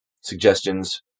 suggestions